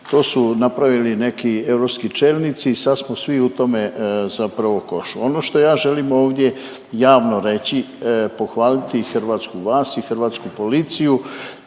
To su napravili neki europski čelnici i sad smo svi u tome zapravo košu. Ono što ja želim ovdje javno reći, pohvaliti Hrvatsku, vas i hrvatsku policiju